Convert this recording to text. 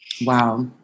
Wow